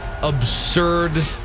absurd